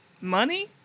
Money